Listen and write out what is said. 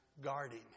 guarding